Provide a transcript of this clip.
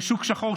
ושוק שחור,